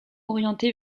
orienté